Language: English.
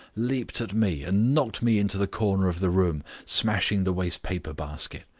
leaped at me and knocked me into the corner of the room, smashing the waste-paper basket.